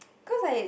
because like